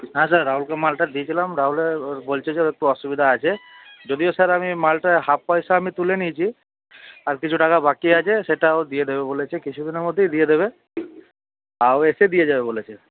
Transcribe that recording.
হ্যাঁ স্যার রাহুলকে মালটা দিয়েছিলাম রাহুলের বলছে যে ওর একটু অসুবিধা আছে যদিও স্যার আমি মালটায় হাফ পয়সা আমি তুলে নিয়েছি আর কিছু টাকা বাকি আছে সেটা ও দিয়ে দেবে বলেছে কিছু দিনের মধ্যেই দিয়ে দেবে আর ও এসে দিয়ে যাবে বলেছে